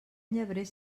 llebrer